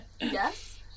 Yes